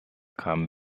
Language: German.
kamen